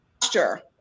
posture